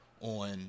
on